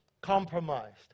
compromised